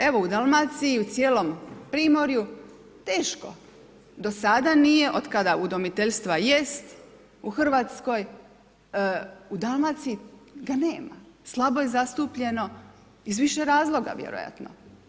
Evo u Dalmaciji u cijelom primorju teško, do sada nije od kada udomiteljstva jest u Hrvatskoj, u Dalmaciji ga nema, slabo je zastupljeno iz više razloga vjerojatno.